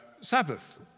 Sabbath